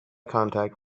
contact